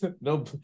no